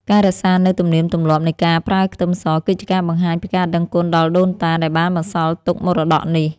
ការរក្សានូវទំនៀមទម្លាប់នៃការប្រើខ្ទឹមសគឺជាការបង្ហាញពីការដឹងគុណដល់ដូនតាដែលបានបន្សល់ទុកមរតកនេះ។